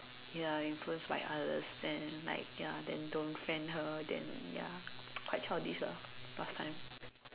ya influenced by others then like ya then don't friend her then ya quite childish lah last time